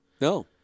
No